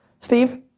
steve.